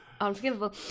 Unforgivable